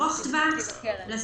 ארוך טווח לסוגיה.